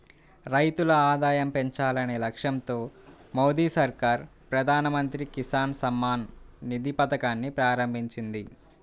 రైతుల ఆదాయం పెంచాలనే లక్ష్యంతో మోదీ సర్కార్ ప్రధాన మంత్రి కిసాన్ సమ్మాన్ నిధి పథకాన్ని ప్రారంభించింది